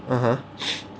(uh huh)